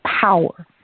power